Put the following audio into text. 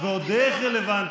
זה ועוד איך רלוונטי.